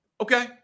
Okay